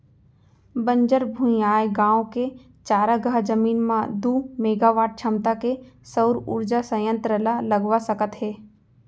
बंजर भुइंयाय गाँव के चारागाह जमीन म दू मेगावाट छमता के सउर उरजा संयत्र ल लगवा सकत हे